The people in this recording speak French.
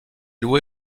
loué